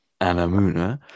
Anamuna